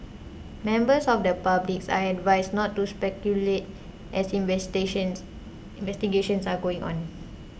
members of the public are advised not to speculate as investigations investigations are going on